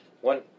one